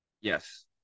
Yes